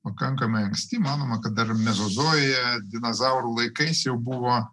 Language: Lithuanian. pakankamai anksti manoma kad dar mezozojuje dinozaurų laikais jau buvo